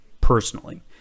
personally